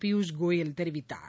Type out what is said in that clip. பியூஷ் கோயல் தெரிவித்தார்